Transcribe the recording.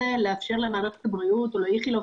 לאפשר למערכת הבריאות או לאיכילוב,